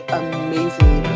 amazing